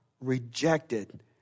rejected